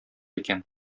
икән